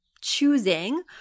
choosing